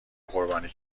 قربانی